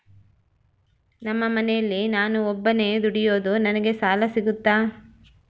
ನಮ್ಮ ಮನೆಯಲ್ಲಿ ನಾನು ಒಬ್ಬನೇ ದುಡಿಯೋದು ನನಗೆ ಸಾಲ ಸಿಗುತ್ತಾ?